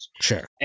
Sure